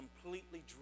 completely